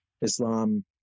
Islam